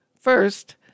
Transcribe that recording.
First